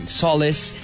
solace